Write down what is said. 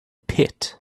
pit